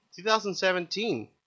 2017